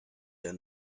der